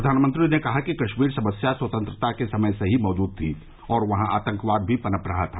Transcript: प्रधानमंत्री ने कहा कि कश्मीर समस्या स्वतंत्रता के समय से ही मौजूद थी और वहां आतंकवाद भी पनप रहा था